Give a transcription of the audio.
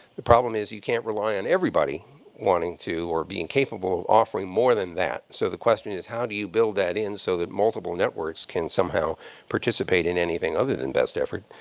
the problem is, you can't rely on everybody wanting to or being capable of offering more than that. so the question is, how do you build that in so that multiple networks can somehow participate in anything other than best effort?